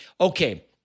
okay